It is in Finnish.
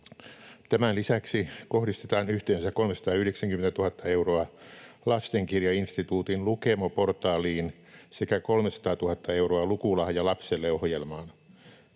Tämän lisäksi kohdistetaan yhteensä 390 000 euroa Lastenkirjainstituutin Lukemo-portaaliin sekä 300 000 euroa Lukulahja lapselle ‑ohjelmaan.